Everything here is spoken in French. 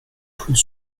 plus